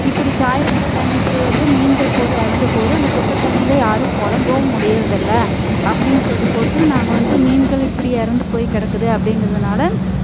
இப்படி சாயப்பட்டற தண்ணி இப்படி வருது மீன்கள் பூராம் இறந்து போது அந்த குட்டத்தண்ணீயில் யாரும் புலங்கவும் முடியறதில்ல அப்படின்னு சொல்லிப்போட்டு நாங்கள் வந்து மீன்கள் இப்படி இறந்து போய் கிடக்குது அப்படிங்கறதனால